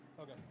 Okay